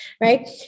right